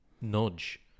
nudge